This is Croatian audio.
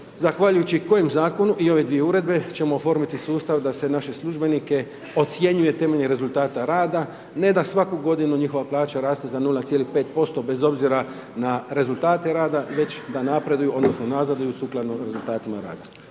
zahvaljujući kojem zakonu i ove dvije uredbe ćemo oformiti sustav, da se naše službenike ocjenjuje temeljem rezultata rada, ne da svaku godinu njihova plaća raste za 0,5% bez obzira na rezultate rada, već da napreduju, odnosno, nazaduju sukladno rezultatima rada.